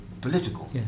political